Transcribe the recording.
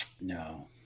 No